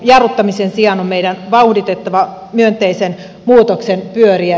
jarruttamisen sijaan on meidän vauhditettava myönteisen muutoksen pyöriä